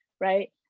right